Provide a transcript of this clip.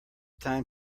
time